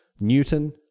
Newton